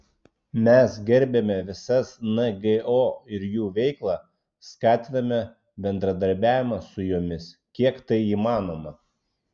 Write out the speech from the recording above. mes gerbiame visas ngo ir jų veiklą skatiname bendradarbiavimą su jomis kiek tai įmanoma